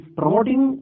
promoting